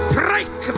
break